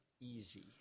easy